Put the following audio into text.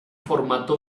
formato